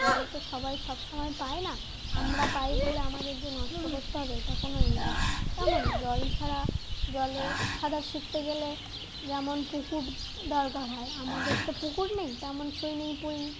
জল তো সবাই সব সমময় পায় না আমরা পাই বলে আমাদের যে নষ্ট করতে হবে এটা কোনো এই নেই তেমনই জল ছাড়া জলে সাঁতার শিখতে গেলে যেমন পুকুর দরকার হয় আমাদের তো পুকুর নেই তেমন সুইমিং পুল